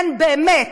כן, באמת.